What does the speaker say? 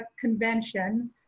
convention